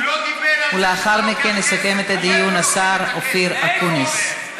ולאחר מכן יסכם את הדיון השר אופיר אקוניס.